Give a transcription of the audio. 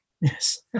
Yes